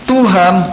Tuhan